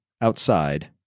outside